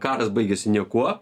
karas baigėsi niekuo